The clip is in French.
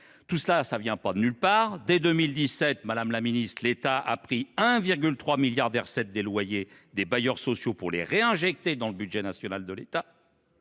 Tout cela ne vient pas de nulle part : dès 2017, madame la ministre, l’État a pris 1,3 milliard d’euros des recettes des loyers des bailleurs sociaux pour les réinjecter dans le budget général de l’État.